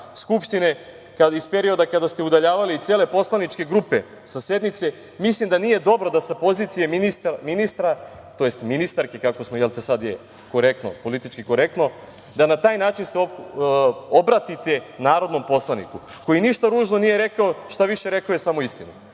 iz perioda kada ste udaljavali cele poslaničke grupe sa sednice, mislim da nije dobro da sa pozicije ministra, tj. ministarke, sad je politički korektno, da na taj način se obratite narodnom poslaniku koji ništa ružno nije rekao, šta više rekao je samo istinu.